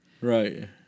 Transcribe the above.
Right